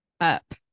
up